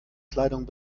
kleidung